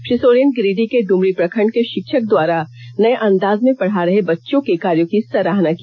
श्री सोरेन गिरिंडीह के ड्मरी प्रखंड के षिक्षक द्वारा नये अंदाज में पढ़ा रहे बच्चों के कार्यो की सराहना की